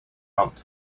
pumped